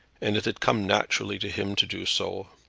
and it had come naturally to him to do so.